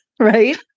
right